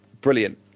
brilliant